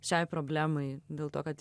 šiai problemai dėl to kad